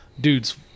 dude's